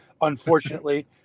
Unfortunately